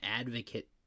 advocate